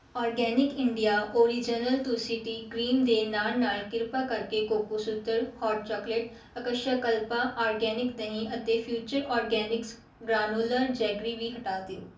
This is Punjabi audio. organic India Original Tulsi tea cream ਦੇ ਨਾਲ ਨਾਲ ਕ੍ਰਿਪਾ ਕਰਕੇ Cocosutra hot chocolate Akshayakalpa organic ਦਹੀਂ ਅਤੇ ਫਿਊਚਰ ਆਰਗੈਨਿਕਸ ਗ੍ਰਾਨੁਲਰ ਜੈਗਰੀ ਵੀ ਹਟਾ ਦਿਓ